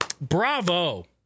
bravo